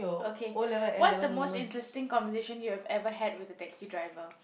okay what's the most interesting conversation you have ever had with a taxi driver